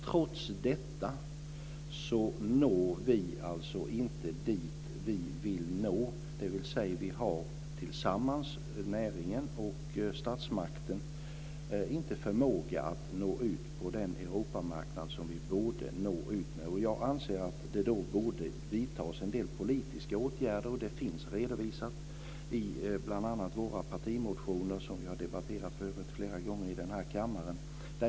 Trots detta når vi inte dit vi vill nå, dvs. näringen och statsmakten har tillsammans inte förmågan att nå ut på den Europamarknad som vi borde nå ut med. Det borde vidtas en del politiska åtgärder. Det finns redovisat i bl.a. våra partimotioner, som vi har debatterat flera gånger förut i kammaren.